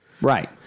Right